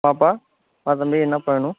வாப்பா வா தம்பி என்னப்பா வேணும்